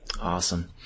Awesome